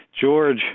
George